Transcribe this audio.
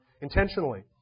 intentionally